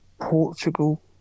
Portugal